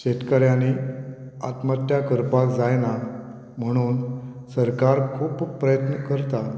शेतकऱ्यांनी आत्महत्या करपाक जायना म्हणून सरकार खूब प्रयत्न करता